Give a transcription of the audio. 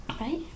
Right